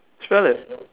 try like